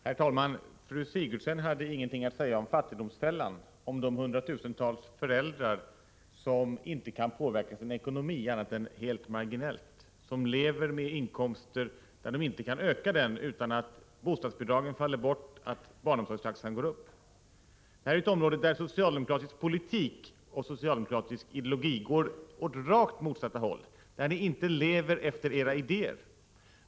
Herr talman! Fru Sigurdsen hade ingenting att säga om fattigdomsfällan, om de hundratusentals föräldrar som inte kan påverka sin ekonomi annat än helt marginellt, som lever med inkomster som de inte kan öka utan att bostadsbidragen faller bort och barnomsorgstaxan går upp. Detta är ett område där socialdemokratisk politik och socialdemokratisk ideologi går åt rakt motsatta håll, där ni inte lever efter era idéer.